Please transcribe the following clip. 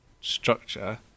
structure